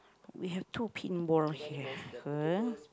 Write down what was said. we have two pin ball here !huh!